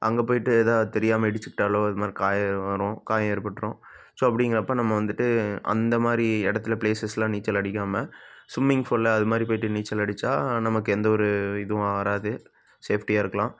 அங்கே போயிவிட்டு ஏதா தெரியாமல் இடிச்சிக்கிட்டாலோ இது மாதிரி காயம் வரும் காயம் ஏற்பட்டுரும் ஸோ அப்படிங்கிறப்ப நம்ம வந்துவிட்டு அந்த மாதிரி இடத்துல ப்ளேஸஸில் நீச்சல் அடிக்காமல் ஸ்விம்மிங் ஃபூலில் அது மாதிரி போயிவிட்டு நீச்சல் அடிச்சால் நமக்கு எந்த ஒரு இதுவும் வராது சேஃப்ட்டியாக இருக்கலாம்